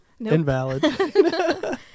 Invalid